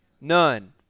None